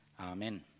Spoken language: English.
Amen